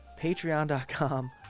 patreon.com